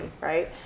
right